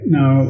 Now